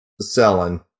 selling